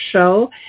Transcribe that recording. show